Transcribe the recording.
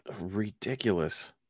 Ridiculous